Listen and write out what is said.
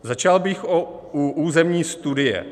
Začal bych u územní studie.